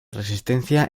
resistencia